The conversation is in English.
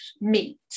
meet